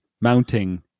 mounting